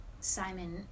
Simon